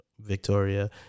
Victoria